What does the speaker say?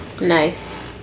Nice